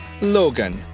Logan